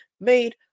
made